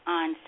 on